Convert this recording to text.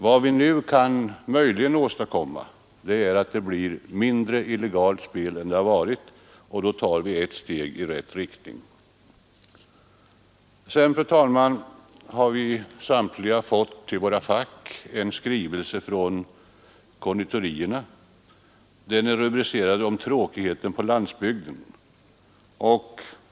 Vad vi nu möjligen kan åstadkomma är en minskning av det illegala spelet, och därmed tar vi ett steg i rätt riktning. Vi har samtliga i våra fack fått en skrivelse från konditorierna. Den är rubricerad ”Om tråkigheten på landsbygden”.